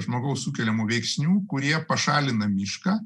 žmogaus sukeliamų veiksnių kurie pašalina mišką